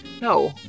no